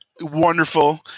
wonderful